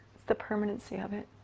the permanency of it.